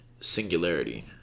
singularity